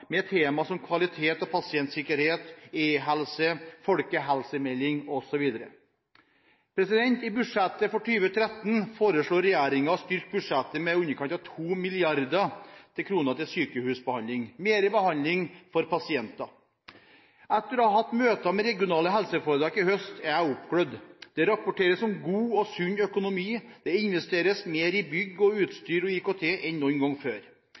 har et godt offentlig helsevesen, men selv de beste har utfordringer. Det er på denne bakgrunn statsråden har varslet flere stortingsmeldinger med temaer som kvalitet og pasientsikkerhet, e-helse, folkehelse osv. I budsjettet for 2013 foreslår regjeringen å styrke budsjettet med i underkant av 2 mrd. kr til sykehusbehandling, altså mer behandling for pasienter. Etter å ha hatt møter med regionale helseforetak i høst er jeg oppglødd. Det rapporteres om god og sunn økonomi, det investeres mer